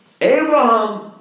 Abraham